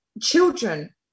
children